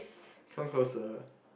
come closer